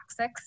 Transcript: toxics